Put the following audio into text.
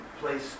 place